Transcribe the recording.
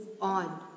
on